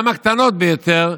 גם הקטנות ביותר,